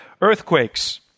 earthquakes